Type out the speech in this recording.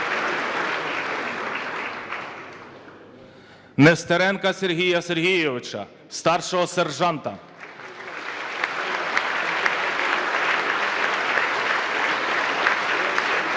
Нестеренка Сергія Сергійовича, старшого сержанта (Оплески)